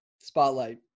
spotlight